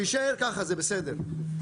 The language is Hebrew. שיישאר ככה, זה בסדר.